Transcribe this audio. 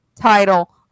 title